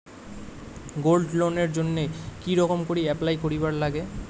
Gold লোনের জইন্যে কি রকম করি অ্যাপ্লাই করিবার লাগে?